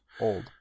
Old